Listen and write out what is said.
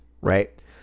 Right